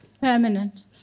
Permanent